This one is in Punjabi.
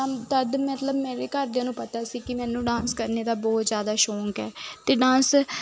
ਤਦ ਮਤਲਬ ਮੇਰੇ ਘਰਦਿਆਂ ਨੂੰ ਪਤਾ ਸੀ ਕਿ ਮੈਨੂੰ ਡਾਂਸ ਕਰਨ ਦਾ ਬਹੁਤ ਜ਼ਿਆਦਾ ਸ਼ੌਕ ਹੈ ਅਤੇ ਡਾਂਸ